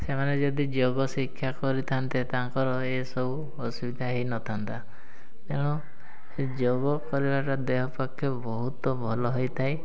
ସେମାନେ ଯଦି ଯୋଗ ଶିକ୍ଷା କରିଥାନ୍ତେ ତାଙ୍କର ଏସବୁ ଅସୁବିଧା ହେଇନଥାନ୍ତା ତେଣୁ ଯୋଗ କରିବାଟା ଦେହ ପକ୍ଷେ ବହୁତ ଭଲ ହେଇଥାଏ